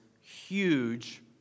huge